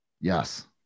yes